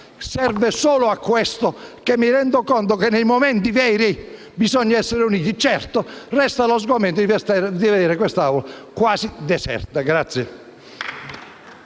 serve solo a questo perché mi rendo conto che nei momenti importanti bisogna essere uniti. Certo, resta lo sgomento di vedere quest'Aula quasi deserta.